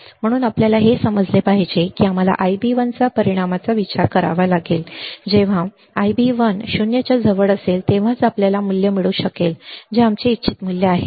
म्हणून आपल्याला हे समजले पाहिजे की आम्हाला Ib1 च्या परिणामाचा विचार करावा लागेल जेव्हा Ib1 0 च्या जवळ असेल तेव्हाच आपल्याला मूल्य मिळू शकेल जे आमचे इच्छित मूल्य आहे